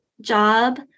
job